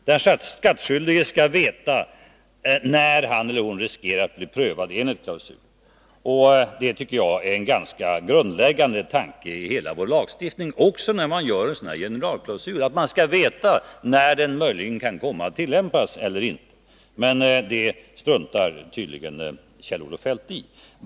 Den skattskyldige skall veta när han eller hon riskerar att bli prövad enligt klausulen. En grundläggande tanke i hela vår lagstiftning — det gäller också när man upprättar en generalklausul av det här slaget — tycker jag skall vara att man vet när den kan komma att tillämpas. Men det struntar Kjell-Olof Feldt tydligen i.